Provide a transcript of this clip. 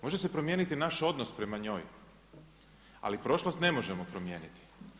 Može se promijeniti naš odnos prema njoj, ali prošlost ne možemo promijeniti.